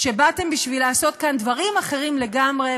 שבאתם לעשות כאן דברים אחרים לגמרי,